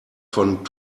von